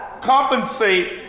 compensate